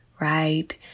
right